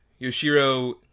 Yoshiro